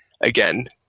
again